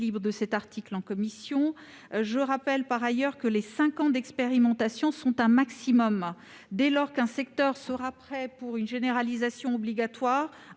de cet article. Je rappelle, par ailleurs, que les cinq ans d'expérimentation sont un maximum ! Dès lors qu'un secteur sera prêt pour une généralisation obligatoire,